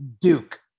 Duke